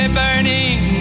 burning